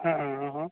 हाँ हाँ हाँ